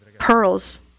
pearls